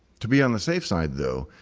to be on the safe side, though,